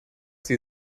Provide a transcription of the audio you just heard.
sie